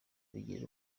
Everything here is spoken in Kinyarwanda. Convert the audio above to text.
bigirira